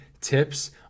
tips